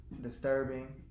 disturbing